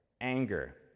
Anger